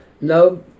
no